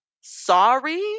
sorry